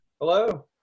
Hello